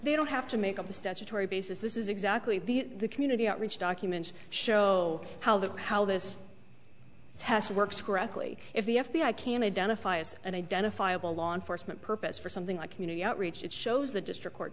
they don't have to make up a statutory basis this is exactly the community outreach documents show how the how this test works correctly if the f b i can identify as an identifiable law enforcement purpose for something like community outreach it shows the district court